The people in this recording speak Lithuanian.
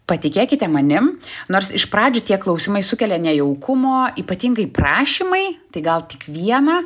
patikėkite manim nors iš pradžių tie klausimai sukelia nejaukumo ypatingai prašymai tai gal tik vieną